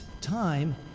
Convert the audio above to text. time